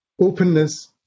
openness